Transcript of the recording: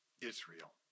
Israel